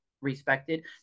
respected